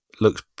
looks